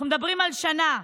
אנחנו מדברים על מעל שנה,